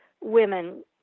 women